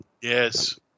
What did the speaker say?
Yes